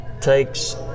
takes